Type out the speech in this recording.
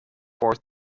fourth